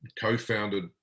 co-founded